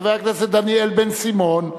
חבר הכנסת דניאל בן-סימון,